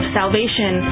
salvation